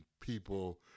people